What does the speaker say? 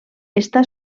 està